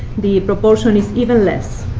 the proportion is even less.